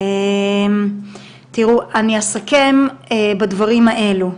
אני אסכם בדברים האלו.